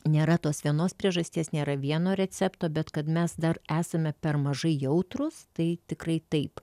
nėra tos vienos priežasties nėra vieno recepto bet kad mes dar esame per mažai jautrūs tai tikrai taip